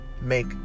make